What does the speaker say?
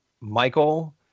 michael